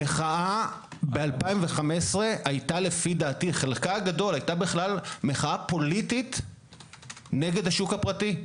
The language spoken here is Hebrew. המחאה אז היתה בכלל מחאה פוליטית נגד השוק הפרטי.